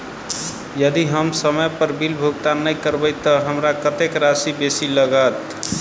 यदि हम समय पर बिल भुगतान नै करबै तऽ हमरा कत्तेक राशि बेसी लागत?